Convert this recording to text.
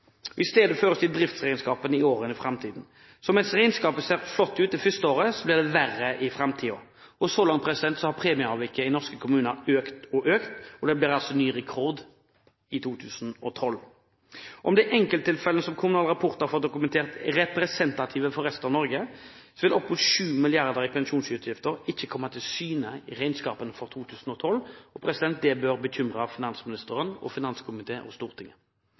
I stedet føres det i driftsregnskapet i årene framover. Så mens regnskapet ser flott ut det første året, blir det verre i framtiden. Og så langt har premieavviket i norske kommuner økt og økt, og det blir altså ny rekord i 2012. Om de enkelttilfellene som Kommunal Rapport har fått dokumentert, er representative for resten av Norge, vil opp mot 7 mrd. kr i pensjonsutgifter ikke komme til syne i regnskapene for 2012, og det bør bekymre finansministeren, finanskomiteen og Stortinget.